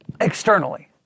Externally